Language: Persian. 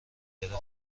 گرفتم